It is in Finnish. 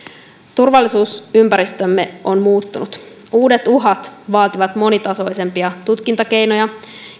turvallisuusympäristömme on muuttunut uudet uhat vaativat monitasoisempia tutkintakeinoja